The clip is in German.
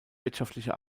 wirtschaftliche